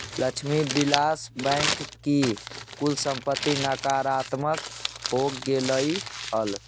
Lakshmi Vilas Bank की कुल संपत्ति नकारात्मक हो गेलइ हल